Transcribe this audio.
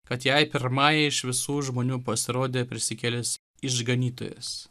kad jai pirmajai iš visų žmonių pasirodė prisikėlęs išganytojas